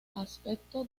aspecto